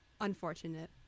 Unfortunate